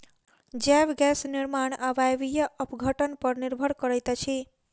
जैव गैस निर्माण अवायवीय अपघटन पर निर्भर करैत अछि